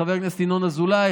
חבר הכנסת ינון אזולאי,